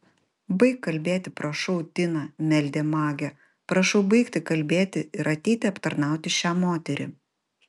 baik kalbėti prašau tina meldė magė prašau baigti kalbėti ir ateiti aptarnauti šią moterį